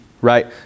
right